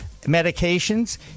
medications